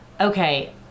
Okay